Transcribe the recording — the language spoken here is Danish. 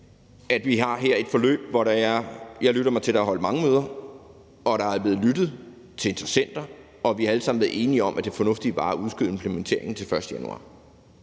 det skal ikke skille os ad. Jeg lytter mig til, at der er holdt mange møder. Der er blevet lyttet til interessenter, og vi har alle sammen været enige om, at det fornuftige var at udskyde implementeringen til den 1. januar.